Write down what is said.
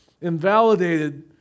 Invalidated